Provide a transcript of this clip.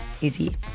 easy